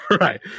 right